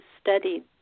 studied